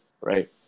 right